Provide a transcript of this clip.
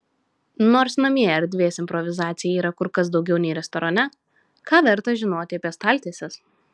nors namie erdvės improvizacijai yra kur kas daugiau nei restorane ką verta žinoti apie staltieses